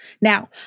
Now